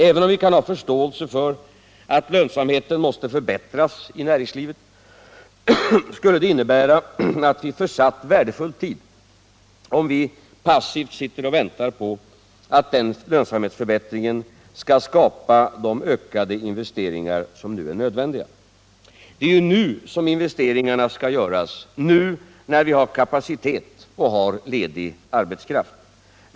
Även om vi kan ha förståelse för att lönsamheten måste | förbättras i näringslivet skulle det innebära att vi försatt värdefull tid, om vi passivt sitter och väntar på att denna lönsamhetsförbättring skall skapa de ökade investeringar som nu är nödvändiga. Det är ju nu som investeringarna skall göras — nu när vi har kapacitet och har ledig arbetskraft.